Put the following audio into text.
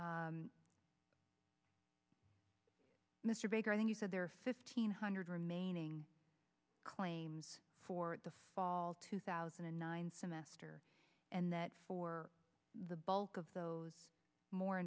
mr baker i think you said there are fifteen hundred remaining claims for the fall two thousand and nine semester and that for the bulk of those more